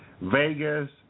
Vegas